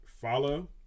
follow